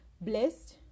Blessed